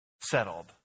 settled